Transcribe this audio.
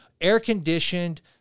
air-conditioned